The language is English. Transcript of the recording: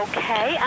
Okay